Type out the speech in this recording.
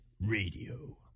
Radio